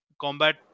combat